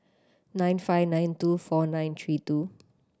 nine five nine two four nine three two